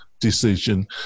Decision